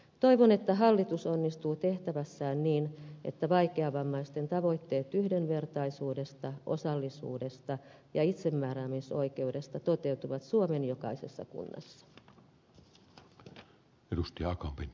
toivon että hallitus onnistuu tehtävässään niin että vaikeavammaisten tavoitteet yhdenvertaisuudesta osallisuudesta ja itsemääräämisoikeudesta toteutuvat suomen jokaisessa kunnassa